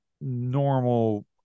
normal